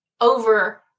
over